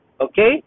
Okay